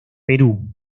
perú